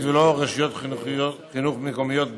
ולא רק רשויות חינוך מקומיות גדולות.